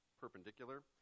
perpendicular